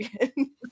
again